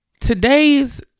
today's